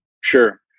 sure